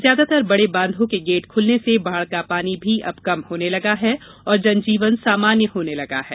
ज्यादातर बड़े बांधों के गेट खुलने से बाढ़ का पानी भी अब कम होने लगा है और जनजीवन सामान्य होने लगा है